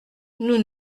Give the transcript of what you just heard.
nous